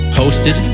hosted